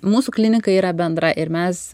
mūsų klinika yra bendra ir mes